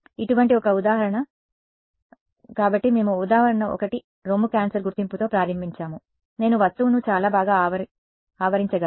ఇటువంటి ఒక ఉదాహరణ కాబట్టి మేము ఉదాహరణ 1 రొమ్ము క్యాన్సర్ గుర్తింపుతో ప్రారంభించాము నేను వస్తువును చాలా బాగా ఆవరించగలను